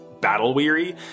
battle-weary